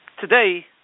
Today